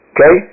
Okay